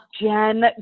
Jen